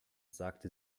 sagte